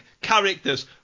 characters